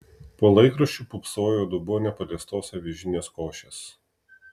po laikraščiu pūpsojo dubuo nepaliestos avižinės košės